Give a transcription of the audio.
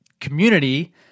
community